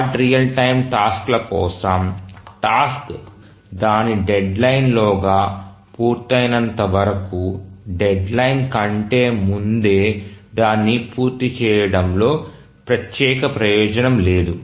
hard real time టాస్క్ల కోసం task దాని డెడ్లైన్లోగా పూర్తయినంత వరకు డెడ్లైన్ కంటే ముందే దాన్ని పూర్తి చేయడంలో ప్రత్యేక ప్రయోజనం లేదు